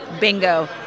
bingo